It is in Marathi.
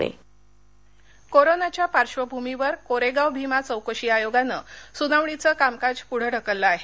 शरद पवार कोरेगाव कोरोनाच्या पार्श्वभूमीवर कोरेगाव भीमा चौकशी आयोगानं सुनावणीचं कामकाज पृढं ढकललं आहे